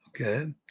Okay